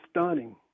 stunning